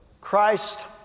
Christ